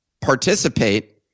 participate